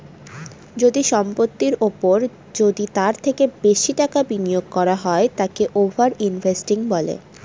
যদি সম্পত্তির ওপর যদি তার থেকে বেশি টাকা বিনিয়োগ করা হয় তাকে ওভার ইনভেস্টিং বলে